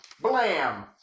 Blam